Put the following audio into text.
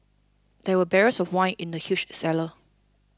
there were barrels of wine in the huge cellar